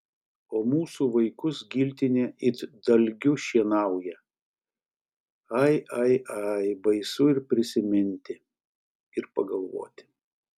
o mūsų vaikus giltinė it dalgiu šienauja ai ai ai baisu ir prisiminti ir pagalvoti